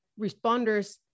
responders